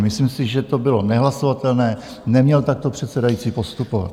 Myslím si, že to bylo nehlasovatelné, neměl takto předsedající postupovat.